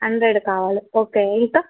hundred కావాలి okay ఇంకా